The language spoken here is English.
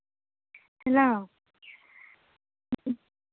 hello